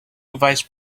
vice